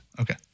Okay